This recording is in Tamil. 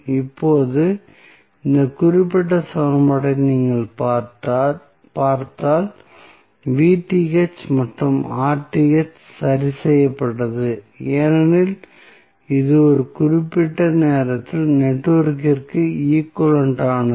இப்போது இந்த குறிப்பிட்ட சமன்பாட்டை நீங்கள் பார்த்தால் மற்றும் சரி செய்யப்பட்டது ஏனெனில் இது ஒரு குறிப்பிட்ட நேரத்தில் நெட்வொர்க்கிற்கு ஈக்வலன்ட் ஆனது